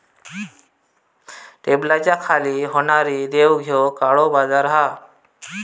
टेबलाच्या खाली होणारी देवघेव काळो बाजार हा